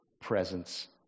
presence